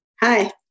Hi